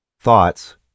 Thoughts